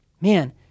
Man